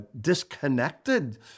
disconnected